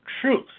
truth